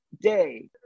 day